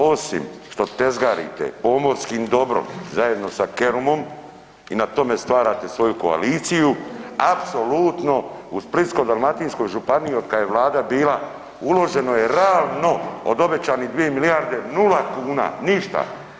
Osim što tezgarite pomorskim dobrom zajedno sa Kerumom i na tome stvarate svoju koaliciju apsolutno u Splitsko-dalmatinskoj županiji od kad je Vlada bila uloženo je ravno od obećanih 2 milijarde nula kuna, ništa.